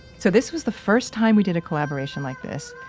so this was the first time we did a collaboration like this.